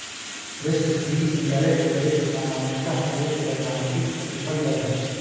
risk free interest rate सामान्यतः एक सैद्धांतिक प्रतिफल दर है